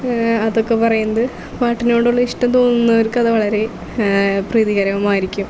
അതൊക്കെ പറയുന്നത് പാട്ടിനോടുള്ള ഇഷ്ടം തോന്നുന്നവർക്ക് അത് വളരെ പ്രീതികരമായിരിക്കും